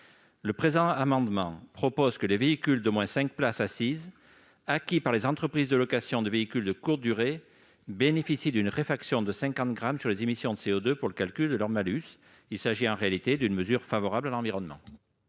Le présent amendement propose que les véhicules d'au moins cinq places assises, acquis par les entreprises de location de courte durée, bénéficient d'une réfaction de cinquante grammes sur les émissions de CO2 pour le calcul de leur malus. Il s'agit, en réalité, d'une mesure favorable à l'environnement.